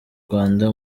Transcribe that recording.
rwanda